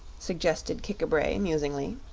suggested kik-a-bray, musingly.